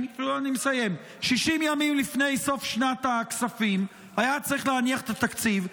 סוף שנת הכספים היה צריך להניח את התקציב.